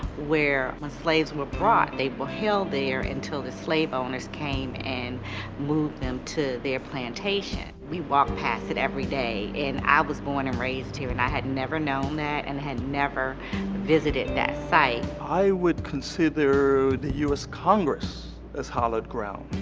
where when slaves were brought they were held there until the slave owners came and moved them to their plantation. we walk past it every day, and i was born and raised here, and i had never known that and had never visited that site. i would consider the u s. congress as hallowed ground.